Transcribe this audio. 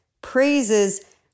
praises